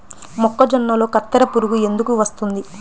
మొక్కజొన్నలో కత్తెర పురుగు ఎందుకు వస్తుంది?